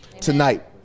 tonight